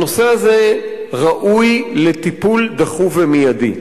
הנושא הזה ראוי לטיפול דחוף ומיידי.